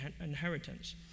inheritance